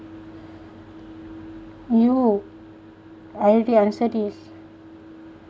you I already answered this